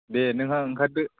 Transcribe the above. दे नोंहा ओंखारदो